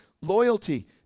loyalty